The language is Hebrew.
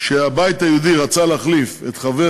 הבית היהודי רצה להחליף את חבר